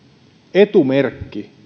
etumerkki